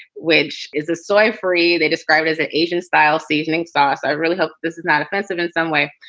which is a soy free. they describe it as an asian style seasoning sauce. i really hope this is not offensive in some way,